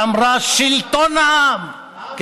שאמרה: שלטון העם,